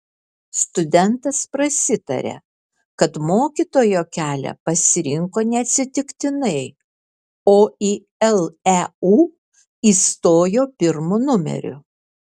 studentas prasitaria kad mokytojo kelią pasirinko neatsitiktinai o į leu įstojo pirmu numeriu